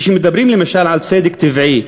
כשמדברים למשל על צדק טבעי,